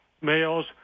males